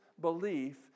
belief